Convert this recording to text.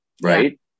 right